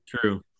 True